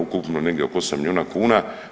Ukupno negdje oko 8 milijuna kuna.